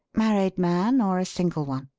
married man or a single one?